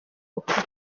rukuta